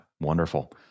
Wonderful